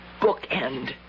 bookend